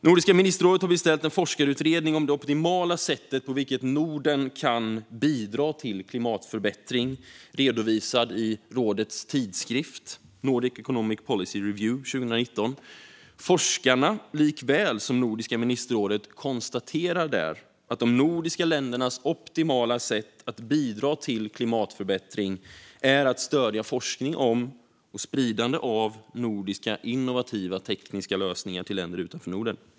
Nordiska ministerrådet har beställt en forskarutredning om det optimala sättet på vilket Norden kan bidra till klimatförbättring. Utredningen redovisades i rådets tidskrift Nordic Economic Policy Review 2019. Forskarna konstaterar i likhet med Nordiska ministerrådet att de nordiska ländernas optimala sätt att bidra till klimatförbättring är att stödja forskning om och spridande av nordiska innovativa tekniska lösningar till länder utanför Norden.